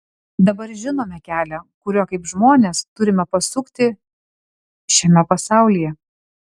dabar žinome kelią kuriuo kaip žmonės turime pasukti šiame pasaulyje